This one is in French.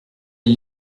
est